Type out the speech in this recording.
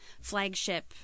flagship